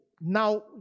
now